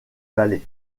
valais